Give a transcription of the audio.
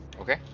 Okay